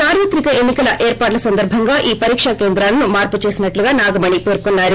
సార్యత్రిక ఎన్ని కల ఏర్పాట్ల సందర్బంగా ఈ పరీకా కేంద్రాలను మార్పు చేసినట్లు నాగమణి పేర్కొన్నారు